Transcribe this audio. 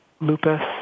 lupus